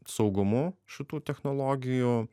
saugumu šitų technologijų